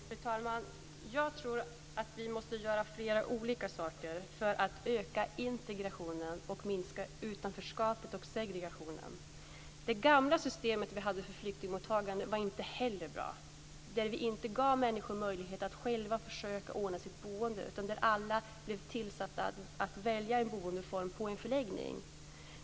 Fru talman! Jag tror att vi måste göra flera olika saker för att öka integrationen och minska utanförskapet och segregationen. Det gamla systemet för flyktingmottagande var inte bra. Vi gav där inte människorna möjlighet att själva ordna sitt boende. De kunde bara välja ett boende på en förläggning.